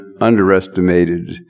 underestimated